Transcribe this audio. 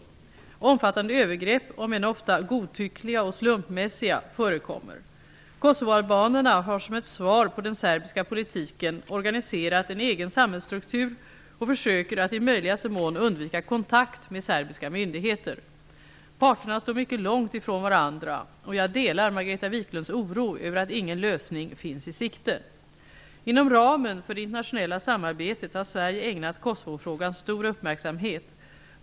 Omfattande övergrepp, om än ofta godtyckliga och slumpmässiga, förekommer. Kosovoalbanerna har som ett svar på den serbiska politiken organiserat en egen samhällsstruktur och försöker att i möjligaste mån undvika kontakt med serbiska myndigheter. Parterna står mycket långt ifrån varandra och jag delar Margareta Viklunds oro över att ingen lösning finns i sikte. Inom ramen för det internationella samarbetet har Sverige ägnat Kosovofrågan stor uppmärksamhet.